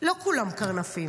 לא כולם קרנפים,